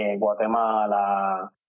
Guatemala